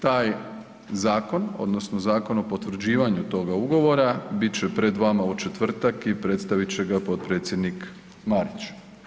Taj zakon, odnosno zakon o potvrđivanju toga ugovora bit će pred vama u četvrtak i predstavit će ga potpredsjednik Marić.